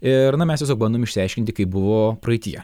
ir na mes tiesiog bandom išsiaiškinti kaip buvo praeityje